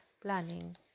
planning